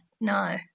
No